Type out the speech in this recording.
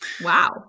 Wow